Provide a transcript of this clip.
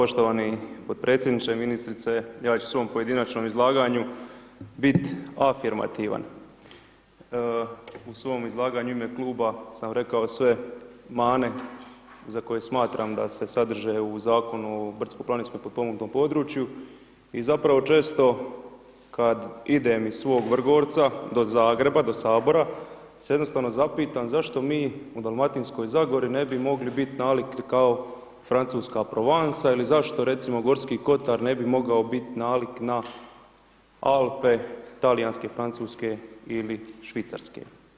Hvala poštovani podpredsjedniče, ministrice ja ću u svom pojedinačnom izlaganju bit afirmativan, u svom izlaganju u ime kluba sam rekao sve mane za koje smatram da se sadrže u Zakonu o brdsko-planinskom i potpomognutom području i zapravo često kad idem iz svog Vrgorca do Zagreba, do sabora se jednostavno zapitam zašto mi u Dalmatinskoj zagori ne bi mogli biti nalik kao Francuska provansa ili zašto recimo Gorski kotar ne bi mogao biti nalik na Alpe, talijanske, francuske ili švicarske.